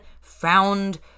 found